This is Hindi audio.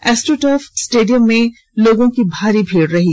एस्ट्रोटर्फ स्टेडियम में लोगों की भारी भीड़ रही